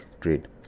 trade